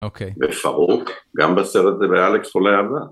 אוקיי. בפארוק, גם בסרט זה באלכס חולה אהבה.